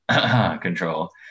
control